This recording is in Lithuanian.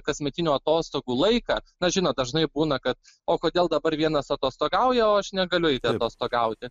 kasmetinių atostogų laiką na žinot dažnai būna kad o kodėl dabar vienas atostogauja o aš negaliu eiti atostogauti